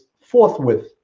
forthwith